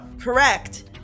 Correct